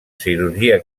cirurgia